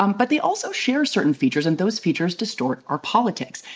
um but they also share certain features, and those features distort our politics.